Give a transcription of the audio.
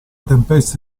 tempesta